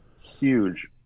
huge